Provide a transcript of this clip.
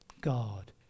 God